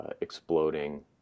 exploding